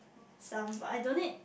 some but I donate